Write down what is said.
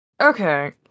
okay